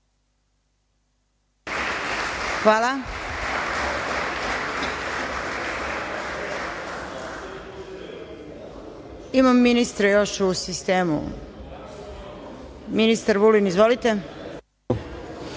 Hvala. Imam ministre još u sistemu. Ministar Vulin. Izvolite.